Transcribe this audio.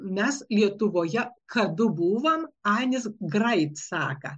mes lietuvoje kada būvam ainis grait saka